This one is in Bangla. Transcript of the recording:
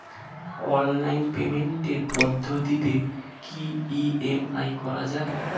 অনলাইন পেমেন্টের পদ্ধতিতে কি ই.এম.আই করা যায়?